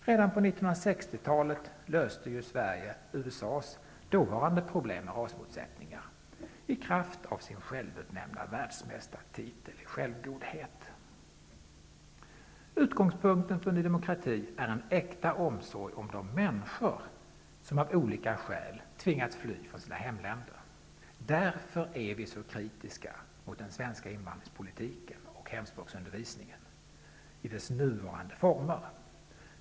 Redan på 1960-talet löste Sverige USA:s dåvarande problem med rasmotsättnignar; i kraft av sin självtilldelade världsmästartitel i självgodhet. Utgångspunkten för Ny demokrati är en äkta omsorg om de människor som av olika skäl tvingats fly från sina hemländer. Därför är vi så kritiska mot den svenska invandringspolitiken och mot hemspråksundervisningen i dess nuvarande former.